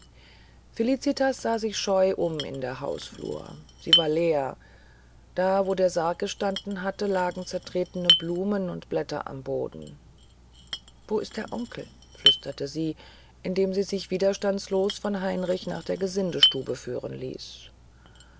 felicitas sah sich scheu um in der hausflur sie war leer da wo der sarg gestanden hatte lagen zertretene blumen und blätter am boden wo ist der onkel fragte sie flüsternd indem sie sich widerstandslos von heinrich nach der gesindestube führen ließ